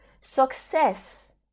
Success